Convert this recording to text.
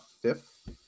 fifth